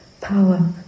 power